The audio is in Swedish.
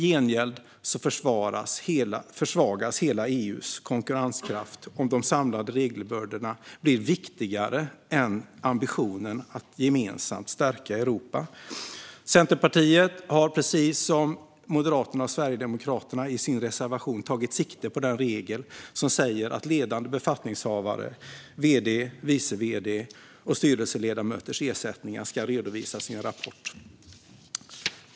Dessutom försvagas hela EU:s konkurrenskraft om de samlade regelbördorna blir viktigare än ambitionen att gemensamt stärka Europa. Centerpartiet har, precis som Moderaterna och Sverigedemokraterna har gjort i sin reservation, tagit sikte på den regel som säger att ledande befattningshavares - vd:s, vice vd:s och styrelseledamöters - ersättningar ska redovisas i en rapport.